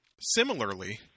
Similarly